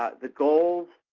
ah the goals,